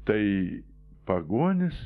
tai pagonis